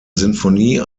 sinfonie